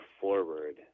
forward